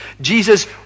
Jesus